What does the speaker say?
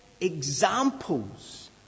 examples